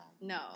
No